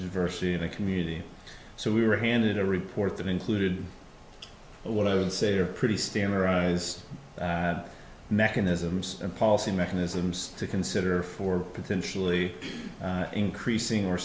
diversity in the community so we were handed a report that included what i would say are pretty standard arise mechanisms and policy mechanisms to consider for potentially increasing or